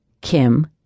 Kim